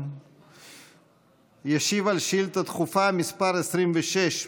הוא ישיב על שאילתה דחופה מס' 26,